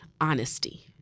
honesty